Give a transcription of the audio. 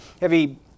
heavy